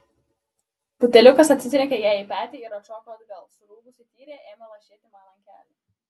buteliukas atsitrenkė jai į petį ir atšoko atgal surūgusi tyrė ėmė lašėti man ant kelių